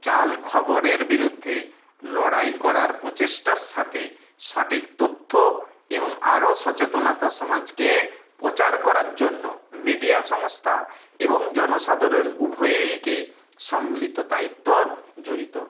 জাল খবরের বিরুদ্ধে লড়াই করার প্রচেষ্টার সাতে সটিক তথ্য এবং আরও সচেতনতা সমাজকে প্রচার করার জন্য মিডিয়া সংস্থা এবং জনসাধারণ উভয়ইকে সম্মিলিত দায়িত্ব জড়িত